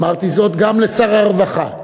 אמרתי זאת גם לשר הרווחה,